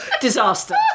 disaster